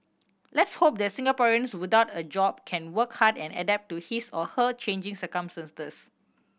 let's hope that Singaporeans without a job can work hard and adapt to his or her changing circumstances